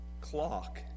clock